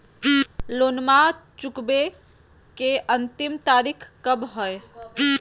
लोनमा चुकबे के अंतिम तारीख कब हय?